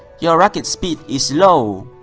your racket's speed is slow.